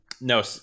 No